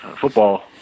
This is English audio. football